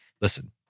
listen